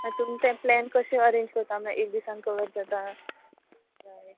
मागीर तुमी ते प्लेन कशें अरेंज कोता एक दिसान कवर जाता काय